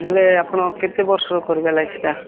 ହେଲେ ଆପଣ କେତେ ବର୍ଷ କରିବେ ଏଲ୍ଆଇସିଟା